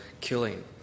killing